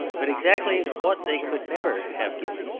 but exactly what they could never have given,